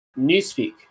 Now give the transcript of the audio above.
newspeak